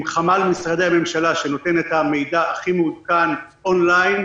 עם חמ"ל משרדי הממשלה שנותן את המידע הכי מעודכן און-ליין,